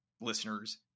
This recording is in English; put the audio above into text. listeners